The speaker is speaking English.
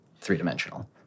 three-dimensional